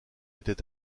était